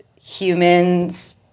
humans